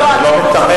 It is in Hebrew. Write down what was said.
אבל אני לא מיתמם.